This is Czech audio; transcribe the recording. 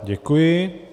Děkuji.